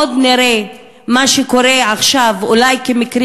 עוד נראה שמה שקורה עכשיו אולי כמקרים